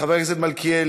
חבר הכנסת מלכיאלי,